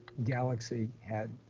galaxy had